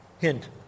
Hint